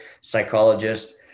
psychologist